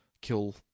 kill